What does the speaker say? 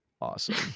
awesome